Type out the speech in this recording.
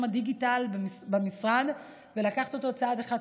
הדיגיטל במשרד ולקחת אותו צעד אחד קדימה.